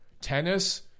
Tennis